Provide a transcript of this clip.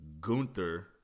Gunther